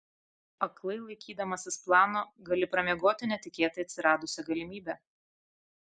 aklai laikydamasis plano gali pramiegoti netikėtai atsiradusią galimybę